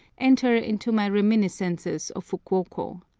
enter into my reminiscences of fukuoko.